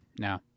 No